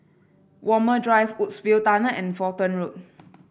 Walmer Drive Woodsville Tunnel and Fulton Road